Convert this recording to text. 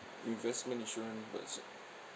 investment insurance